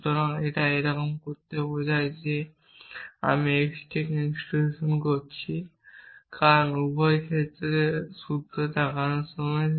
সুতরাং এটা একরকম বলতে বোঝায় যে আমি x থেকে ইনস্ট্যান্টিয়েট করছি কারণ এই উভয় সূত্রের দিকে তাকানোর সময়